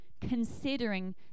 considering